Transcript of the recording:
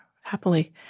Happily